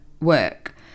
work